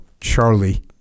Charlie